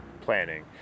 planning